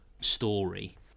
story